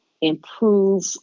improve